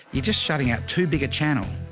you just shutting out too big a channel